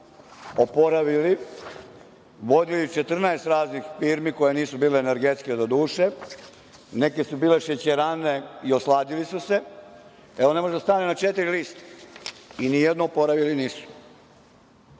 oporavili, vodili 14 raznih firmi koje nisu bile energetske doduše, neke su bile šećerane i osladili su se, ovo ne može da stane na četiri lista, i nijednu oporavili